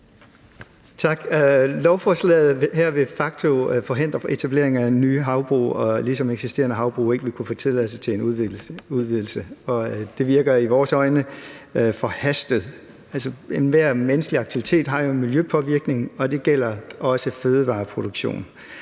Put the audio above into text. Tak. Lovforslaget her vil de facto forhindre etablering af nye havbrug, ligesom eksisterende havbrug ikke vil kunne få tilladelse til en udvidelse. Det virker i vores øjne forhastet. Enhver menneskelig aktivitet har jo en miljøpåvirkning, og det gælder også fødevareproduktionen.